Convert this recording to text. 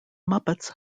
muppets